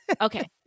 Okay